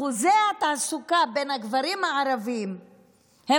אחוזי התעסוקה בין הגברים הערבים הם